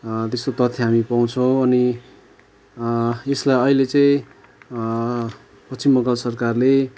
त्यस्तो तथ्य हामी पाउछौँ अनि यसलाई अहिले चाहिँ पश्चिम बङ्गाल सरकारले